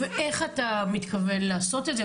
ואיך אתה מתכוון לעשות את זה?